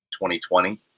2020